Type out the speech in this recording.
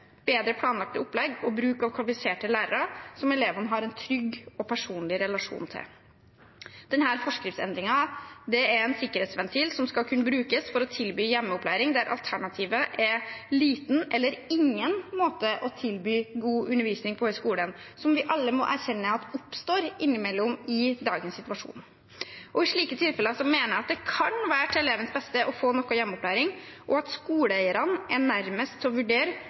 bedre planlagte opplegg og bruk av kvalifiserte lærere som elevene har en trygg og personlig relasjon til. Denne forskriftsendringen er en sikkerhetsventil som skal kunne brukes for å tilby hjemmeopplæring når man ikke kan tilby god undervisning på skolen, noe vi alle må erkjenne er en situasjon som oppstår innimellom i dagens situasjon. I slike tilfeller mener jeg det kan være til elevenes beste å få noe hjemmeopplæring, og at skoleeierne er nærmest til å vurdere